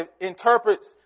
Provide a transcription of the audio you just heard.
interprets